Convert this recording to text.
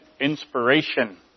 inspiration